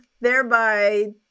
thereby